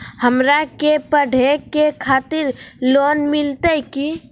हमरा के पढ़े के खातिर लोन मिलते की?